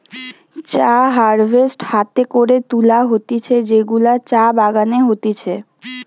চা হারভেস্ট হাতে করে তুলা হতিছে যেগুলা চা বাগানে হতিছে